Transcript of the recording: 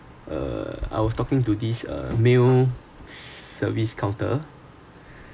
uh I was talking to this uh male s~ service counter